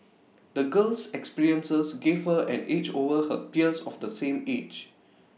the girl's experiences gave her an edge over her peers of the same age